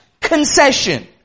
concession